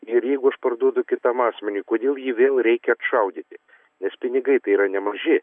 ir jeigu aš parduodu kitam asmeniui kodėl jį vėl reikia atšaudyti nes pinigai tai yra nemaži